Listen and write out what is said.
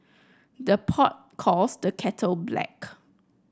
the pot calls the kettle black